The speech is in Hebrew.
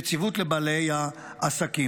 יציבות לבעלי העסקים.